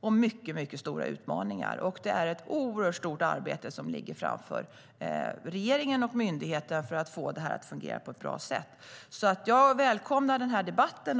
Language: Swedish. och mycket stora utmaningar. Det är ett oerhört stort arbete som ligger framför regeringen och myndigheten för att få det här att fungera på ett bra sätt. Jag välkomnar debatten.